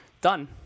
Done